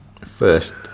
first